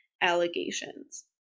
allegations